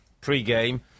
pre-game